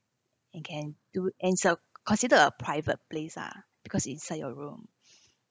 it can do and so consider a private place ah because inside your room